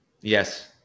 Yes